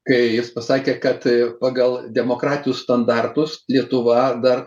kai jis pasakė kad pagal demokratijų standartus lietuva dar